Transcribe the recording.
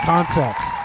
Concepts